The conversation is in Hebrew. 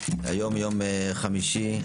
היום יום חמישי,